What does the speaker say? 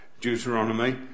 Deuteronomy